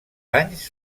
anys